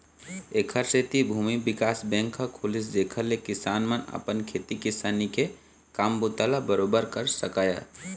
ऐखर सेती भूमि बिकास बेंक ह खुलिस जेखर ले किसान मन अपन खेती किसानी के काम बूता ल बरोबर कर सकय